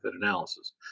analysis